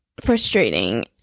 frustrating